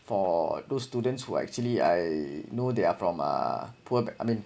for those students who actually I know they are from uh poor back~ I mean